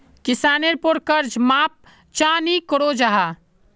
किसानेर पोर कर्ज माप चाँ नी करो जाहा?